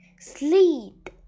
sleep